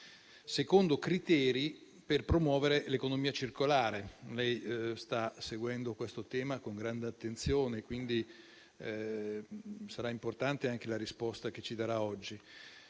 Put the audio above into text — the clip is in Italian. secondo criteri per promuovere l'economia circolare. Lei sta seguendo questo tema con grande attenzione e, quindi, sarà importante la risposta che ci darà oggi.